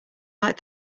like